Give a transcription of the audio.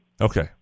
Okay